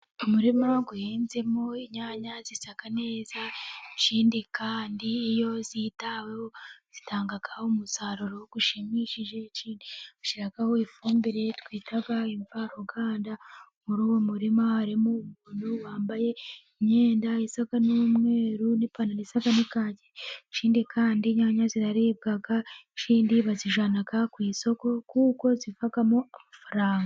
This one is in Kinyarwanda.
Umurima uhinzemo inyanya zisa neza, ikindi kandi iyo zitaweho zitanga umusaruro ushimishije, ikindi ushyiraho ifumbire twita imvaruganda. Muri uwo murima harimo umuntu wambaye imyenda isa n'umweru ,n'ipantaro isa n'ikaki, ikindi kandi inyanya ziraribwa, ikindi bazijyana ku isoko kuko zivamo amafaranga.